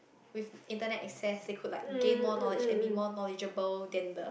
with Internet access they could like gain more knowledge and be more knowledgeable than the